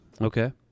Okay